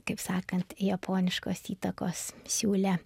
kaip sakant japoniškos įtakos siūle